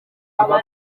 aba